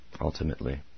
ultimately